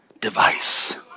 device